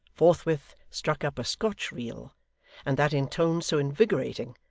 forthwith struck up a scotch reel and that in tones so invigorating,